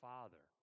Father